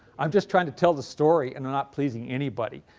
i'm just trying to tell the story and i'm not pleasing anybody.